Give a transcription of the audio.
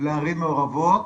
לערים מעורבות.